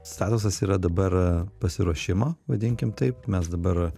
statusas yra dabar pasiruošimo vadinkim taip mes dabar